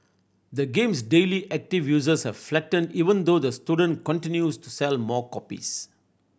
the game's daily active users has flattened even though the student continues to sell more copies